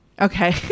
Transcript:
okay